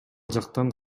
жактан